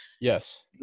Yes